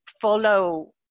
follow